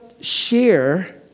share